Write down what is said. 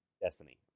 Destiny